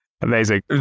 Amazing